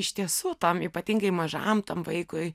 iš tiesų tam ypatingai mažam tam vaikui